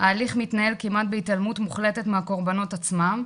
ההליך מתנהל כמעט בהתעלמות מוחלטת מהקורבנות עצמם,